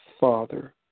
Father